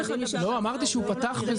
אמרתי שהוא פתח בזה.